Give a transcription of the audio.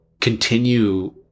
continue